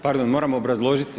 Pardon moram obrazložiti.